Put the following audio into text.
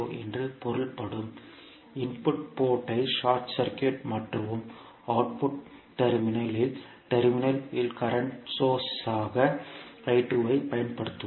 என்று பொருள்படும் input port ஐ ஷார்ட் சர்க்யூட் மாற்றுவோம் அவுட்புட் டெர்மினல் இல் டெர்மினல் இல் கரண்ட் சோர்ஸ் ஆக ஐப் பயன்படுத்துவோம்